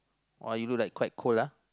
oh you look like quite cold ah